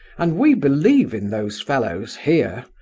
and we believe in those fellows, here!